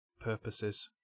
purposes